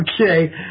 Okay